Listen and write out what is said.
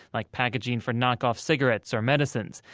like packaging for knock-off cigarettes or medicines.